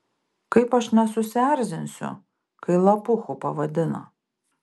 kaip aš nesusierzinsiu kai lapuchu pavadina